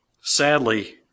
Sadly